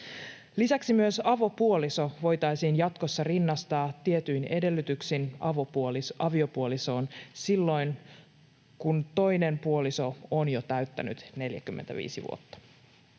Lisäksi myös avopuoliso voitaisiin jatkossa rinnastaa tietyin edellytyksin aviopuolisoon silloin, kun toinen puoliso on jo täyttänyt 45 vuotta.